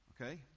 Okay